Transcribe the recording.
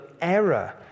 error